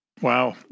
Wow